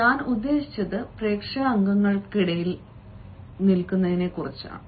ഞാൻ ഉദ്ദേശിച്ചത് പ്രേക്ഷക അംഗങ്ങളാണ്